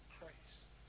Christ